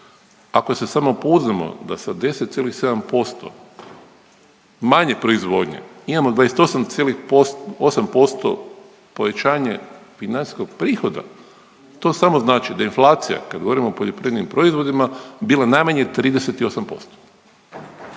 ako se samo pouzdamo da sa 10,7% manje proizvodnje imamo 28,8% povećanje financijskog prihoda to samo znači da inflacija kad govorimo o poljoprivrednim proizvodima bila najmanje 38%.